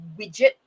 widget